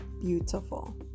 beautiful